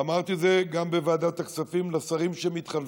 ואמרתי את זה גם בוועדת הכספים לשרים שמתחלפים.